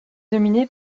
dominée